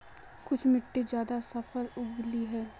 कुन मिट्टी ज्यादा फसल उगहिल?